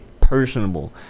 personable